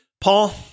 Paul